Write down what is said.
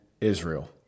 Israel